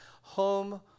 home